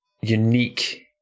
unique